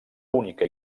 única